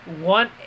one